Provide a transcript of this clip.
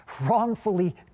wrongfully